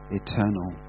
eternal